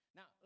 Now